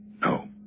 No